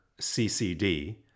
CCD